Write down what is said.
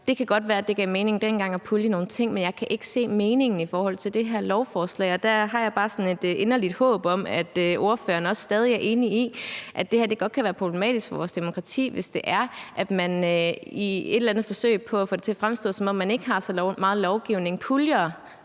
Det kan godt være, at det dengang gav mening at pulje nogle ting, men jeg kan ikke se meningen med det i forhold til det her lovforslag, og der har jeg bare sådan et inderligt håb om, at hr. Lars Boje Mathiesen også stadig er enig i, at det godt kan være problematisk for vores demokrati, hvis man i et eller andet forsøg på at få det til at fremstå, som om man ikke har så meget lovgivning, puljer